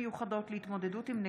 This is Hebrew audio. מיקי לוי: 8 מיכל וולדיגר (הציונות הדתית): 9 מיכאל